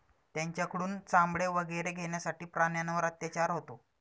त्यांच्याकडून चामडे वगैरे घेण्यासाठी प्राण्यांवर अत्याचार होतो